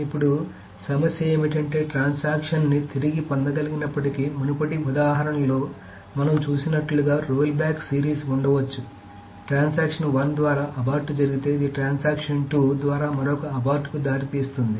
ఇప్పుడు సమస్య ఏమిటంటే ట్రాన్సాక్షన్ ని తిరిగి పొందగలిగినప్పటికీ మునుపటి ఉదాహరణలో మనం చూసినట్లుగా రోల్బ్యాక్ సిరీస్ ఉండవచ్చు ట్రాన్సాక్షన్ 1 ద్వారా అబార్ట్ జరిగితే ఇది ట్రాన్సాక్షన్ 2 ద్వారా మరొక అబార్ట్కు దారితీస్తుంది